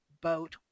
boat